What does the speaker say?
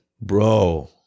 Bro